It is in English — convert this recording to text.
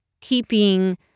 keeping